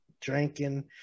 drinking